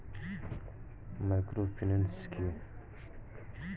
Microfinance কি?